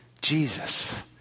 Jesus